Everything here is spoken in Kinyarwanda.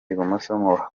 ibumoso